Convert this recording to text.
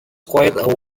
quite